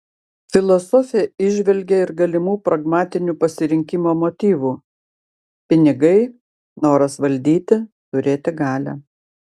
filosofė įžvelgė ir galimų pragmatinių pasirinkimo motyvų pinigai noras valdyti turėti galią